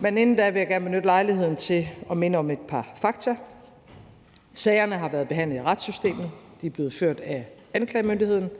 Men inden da vil jeg gerne benytte lejligheden til at minde om et par fakta. Sagerne har været behandlet i retssystemet. De er blevet ført af anklagemyndigheden,